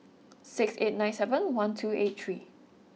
six eight nine seven one two eight three